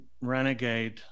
renegade